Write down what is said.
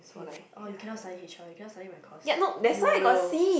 really oh you cannot study h_r you cannot study my course you will